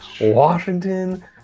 Washington